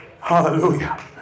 Hallelujah